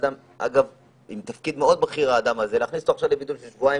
אדם כזה עם תפקיד מאוד בכיר לבידוד של שבועיים,